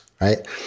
right